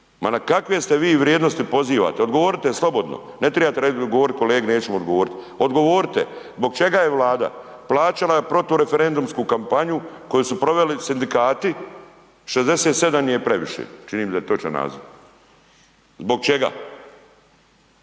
Ma na kakve se vi vrijednosti pozivate? Odgovorite slobodno, ne trebate govoriti kolegi neću mu odgovoriti. Odgovorite, zbog čega je Vlada plaćala protu referendumsku kampanju koju su proveli sindikati 67 je previše, čini mi se da je točan naziv, zbog čega?